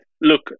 look